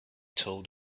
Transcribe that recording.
told